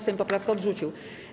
Sejm poprawkę odrzucił.